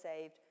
saved